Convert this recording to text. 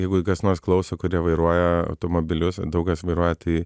jeigu kas nors klauso kurie vairuoja automobilius daug kas vairuotoja tai